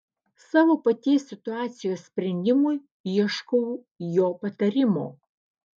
savo paties situacijos sprendimui ieškau jo patarimo